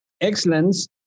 excellence